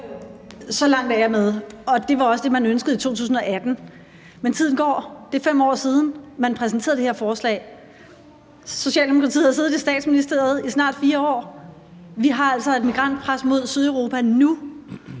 så langt er jeg med, og det var også det, man ønskede i 2018, men tiden går; det er 5 år siden, man præsenterede det her forslag. Socialdemokratiet har siddet i Statsministeriet i snart 4 år. Vi har altså et migrantpres mod Sydeuropa nu.